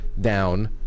down